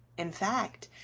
in fact,